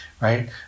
right